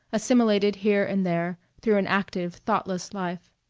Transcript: assimilated here and there through an active, thoughtless life.